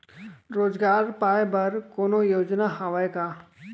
रोजगार पाए बर कोनो योजना हवय का?